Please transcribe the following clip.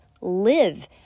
live